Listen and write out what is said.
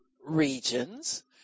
regions